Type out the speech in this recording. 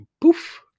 poof